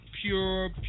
Pure